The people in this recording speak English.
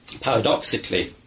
paradoxically